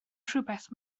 rhywbeth